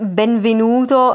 benvenuto